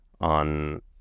on